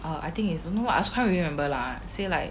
ugh I think it's don't know I also can't really remember lah say like